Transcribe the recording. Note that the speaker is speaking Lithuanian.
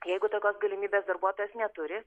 jeigu tokios galimybės darbuotojas neturi